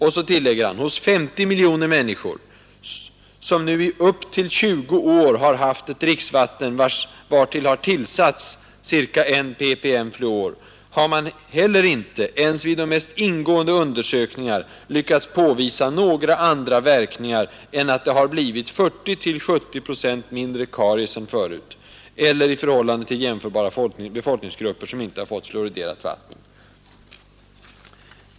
Sedan tillägger han att hos 50 miljoner människor som nu i upp till 20 år haft ett dricksvatten vartill tillsatts ca I ppm fluor har man inte heller ens vid de mest ingående undersökningar lyckats påvisa några andra verkningar än att det har blivit 40—70 procent mindre karies än förut, i förhållande till jämförbara befolkningsgrupper som inte har fluoriderat vatten.